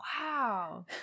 Wow